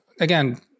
again